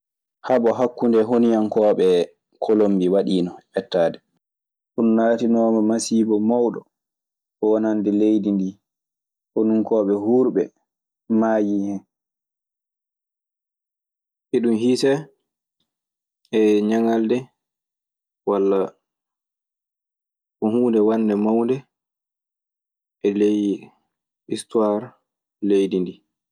Haɓɓo hakunde honiyam koo ɓe kolonbi waɗinon ɓeetade. Ɗun laatinooma masiiba mawɗo wonande leydi ndii. Konunkooɓe huurɓe maayii hen. Iɗun hiisee e ñaŋalde walla ko huunde wonde mawnde e ley istuwaar leydi ndii.